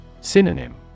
Synonym